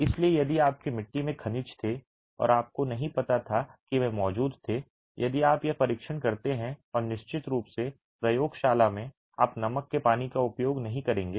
इसलिए यदि आपकी मिट्टी में खनिज थे और आपको नहीं पता था कि वे मौजूद थे यदि आप यह परीक्षण करते हैं और निश्चित रूप से प्रयोगशाला में आप नमक के पानी का उपयोग नहीं करेंगे